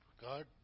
God